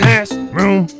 Classroom